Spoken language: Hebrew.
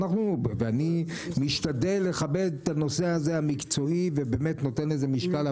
ואני משתדל לכבד את הנושא הזה המקצועי ובאמת נותן לזה משקל,